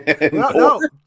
No